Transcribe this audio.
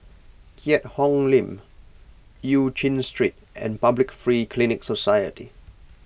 Keat Hong Link Eu Chin Street and Public Free Clinic Society